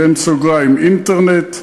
אינטרנט,